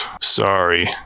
Sorry